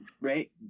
right